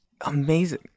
Amazing